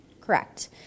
Correct